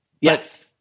yes